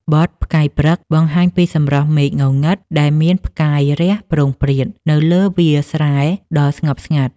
បទ «ផ្កាយព្រឹក» បង្ហាញពីសម្រស់មេឃងងឹតដែលមានផ្កាយរះព្រោងព្រាត នៅពីលើវាលស្រែដ៏ស្ងប់ស្ងាត់។